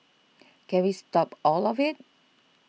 can we stop all of it